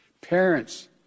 Parents